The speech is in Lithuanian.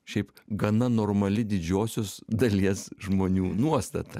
šiaip gana normali didžiosios dalies žmonių nuostata